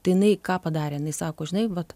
tai jinai ką padarė jinai sako žinai vat